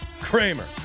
Kramer